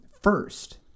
first